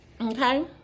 Okay